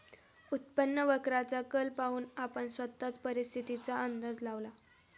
उत्पन्न वक्राचा कल पाहून आपण स्वतःच परिस्थितीचा अंदाज लावावा